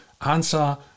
answer